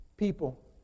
People